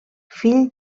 fill